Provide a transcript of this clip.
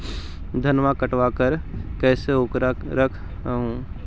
धनमा कटबाकार कैसे उकरा रख हू?